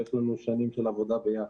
יש לנו שנים של עבודה ביחד.